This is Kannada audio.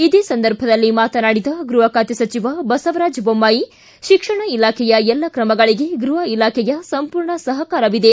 ಇದೇ ಸಂದರ್ಭದಲ್ಲಿ ಮಾತನಾಡಿದ ಗೃಹ ಖಾತೆ ಸಚಿವ ಬಸವರಾಜ ಬೊಮ್ನಾಯಿ ಶಿಕ್ಷಣ ಇಲಾಖೆಯ ಎಲ್ಲ ಕ್ರಮಗಳಿಗೆ ಗೃಹ ಇಲಾಖೆಯು ಸಂಪೂರ್ಣ ಸಹಕಾರವಿದೆ